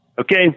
Okay